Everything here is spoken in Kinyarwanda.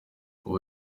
ubu